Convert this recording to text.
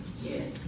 Yes